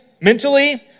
mentally